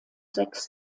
sechs